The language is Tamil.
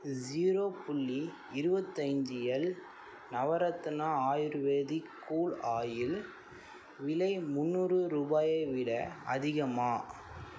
ஸீரோ புள்ளி இருபத்தஞ்சு L Navratna ayurvedic cool oil விலை முன்னூறு ரூபாயை விட அதிகமா